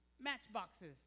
matchboxes